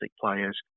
players